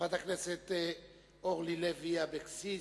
חברת הכנסת אורלי לוי אבקסיס,